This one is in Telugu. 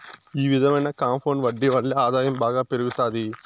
ఈ విధమైన కాంపౌండ్ వడ్డీ వల్లే ఆదాయం బాగా పెరుగుతాది